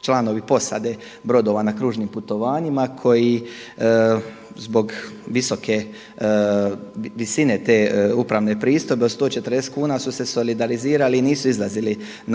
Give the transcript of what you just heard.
članovi posade brodova na kružnim putovanjima koji zbog visoke visine te upravne pristojbe od 140 kuna su se solidarizirali i nisu izlazili na